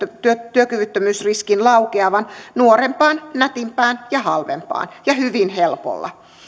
työkyvyttömyysriskin laukeavan nuorempaan nätimpään ja halvempaan ja hyvin helpolla